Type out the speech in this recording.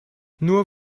nur